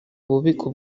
ububiko